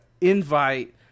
invite